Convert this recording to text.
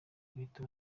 guhita